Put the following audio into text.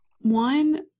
one